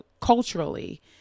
culturally